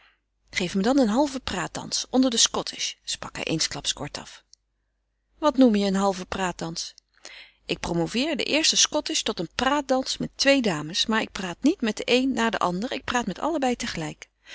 geef me dan een halven praatdans onder de scottisch sprak hij eensklaps kortaf wat noem je een halven praatdans ik promoveer den eersten scottisch tot een praatdans met twee dames maar ik praat niet met de een na de ander ik praat met allebei tegelijk